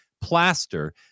plaster